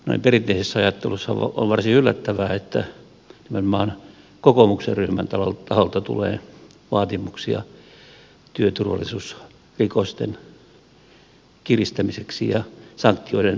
noin perinteisessä ajattelussa on varsin yllättävää että nimenomaan kokoomuksen ryhmän taholta tulee vaatimuksia työturvallisuusrikosten rangaistusten kiristämiseksi ja sanktioi den tehostamiseksi